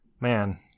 Man